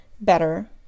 better